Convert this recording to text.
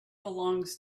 belongs